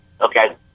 Okay